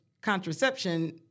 contraception